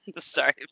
Sorry